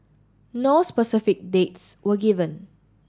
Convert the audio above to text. no specific dates were given